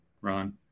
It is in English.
ron